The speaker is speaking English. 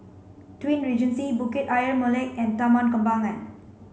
Twin Regency Bukit Ayer Molek and Taman Kembangan